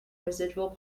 residual